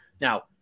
Now